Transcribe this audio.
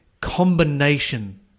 combination